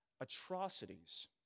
atrocities